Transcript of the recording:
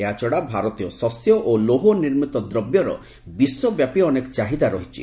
ଏହାଛଡା ଭାରତୀୟ ଶସ୍ୟ ଓ ଲୌହ ନିର୍ମିତ ଦ୍ରବ୍ୟର ବିଶ୍ୱବ୍ୟାପୀ ଅନେକ ଚାହିଦା ରହିଛି